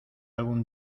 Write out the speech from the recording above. algún